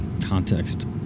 context